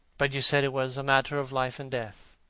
but you said it was a matter of life and death.